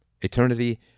eternity